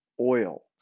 oil